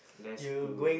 that's good